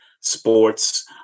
sports